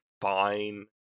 fine